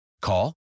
Call